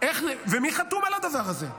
ומי חתום על הדבר הזה?